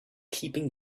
keeping